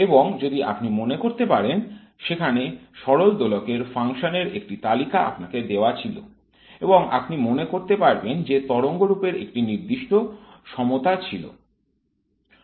এবং যদি আপনি মনে করতে পারেন সেখানে সরল দোলকের ফাংশনের একটি তালিকা আপনাকে দেওয়া ছিল এবং আপনি মনে করতে পারবেন যে তরঙ্গ রূপের একটি নির্দিষ্ট সমতা ছিল